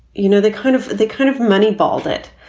you know, the kind of the kind of money ball that,